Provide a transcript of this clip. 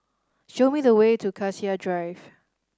show me the way to Cassia Drive